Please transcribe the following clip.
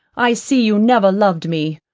i see you never loved me.